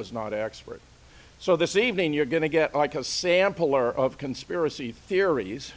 was not x where so this evening you're going to get like a sample or of conspiracy theories